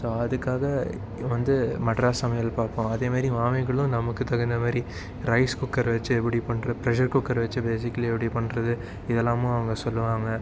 so அதுக்காக வந்து மெட்ராஸ் சமையல் பார்ப்போம் அதேமாதிரி மாமிகளும் நமக்கு தகுந்தமாதிரி ரைஸ் குக்கரை வச்சு எப்படி பண்றது ப்ரெஷர் குக்கரை வச்சு பேஸிக்கலி எப்படி பண்றது இதெல்லாமும் அவங்க சொல்லுவாங்க